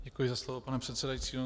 Děkuji za slovo, pane předsedající.